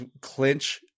clinch